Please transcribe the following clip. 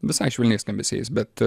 visai švelniais skambesiais bet